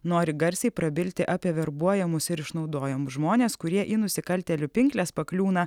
nori garsiai prabilti apie verbuojamus ir išnaudojamus žmones kurie į nusikaltėlių pinkles pakliūna